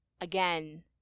again